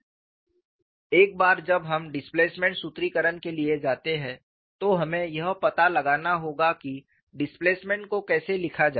और एक बार जब हम डिस्प्लेसमेंट सूत्रीकरण के लिए जाते हैं तो हमें यह पता लगाना होगा कि डिस्प्लेसमेंट को कैसे लिखा जाए